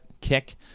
kick